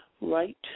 right